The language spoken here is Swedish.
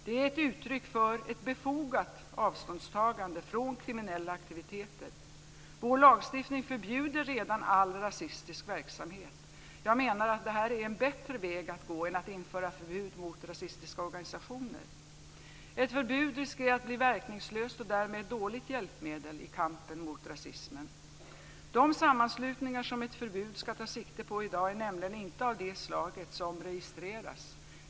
Det är ett uttryck för ett befogat avståndstagande från kriminella aktiviteter. Vår lagstiftning förbjuder redan all rasistisk verksamhet. Jag menar att detta är en bättre väg att gå än att införa förbud mot rasistiska organisationer. Ett förbud riskerar att bli verkningslöst och därmed ett dåligt hjälpmedel i kampen mot rasismen. De sammanslutningar som ett förbud ska ta sikte på i dag är nämligen inte av det slag som registreras.